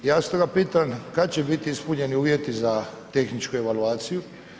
Ja stoga pitam kad će biti ispunjeni uvjeti za tehničku evaluaciju?